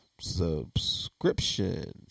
subscription